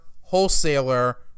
wholesaler